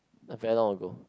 very long ago